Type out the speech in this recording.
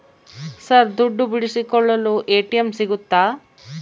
Sir ದುಡ್ಡು ಬಿಡಿಸಿಕೊಳ್ಳಲು ATM ಸಿಗುತ್ತಾ?